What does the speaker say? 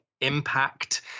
impact